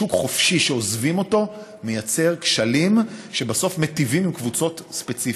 שוק חופשי שעוזבים אותו מייצר כשלים שבסוף מיטיבים עם קבוצות ספציפיות.